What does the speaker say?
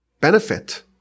benefit